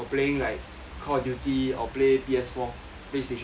call of duty or play P_S four playstation four